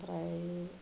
आमफ्राय